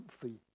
comfy